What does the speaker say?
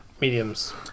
mediums